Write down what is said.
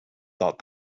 thought